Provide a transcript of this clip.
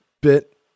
bit